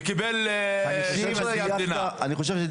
רגע חמד,